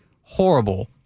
horrible